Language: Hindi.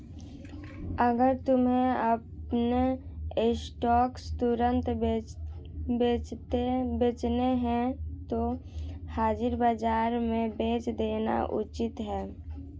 अगर तुम्हें अपने स्टॉक्स तुरंत बेचने हैं तो हाजिर बाजार में बेच देना उचित है